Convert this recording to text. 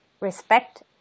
respect